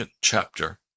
chapter